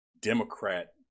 Democrat